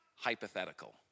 hypothetical